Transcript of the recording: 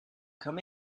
come